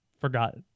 Forgot